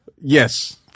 Yes